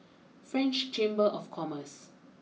French Chamber of Commerce